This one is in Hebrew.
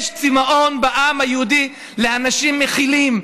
יש צימאון בעם היהודי לאנשים מכילים,